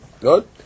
Good